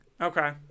okay